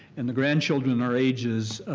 and the grandchildren are ages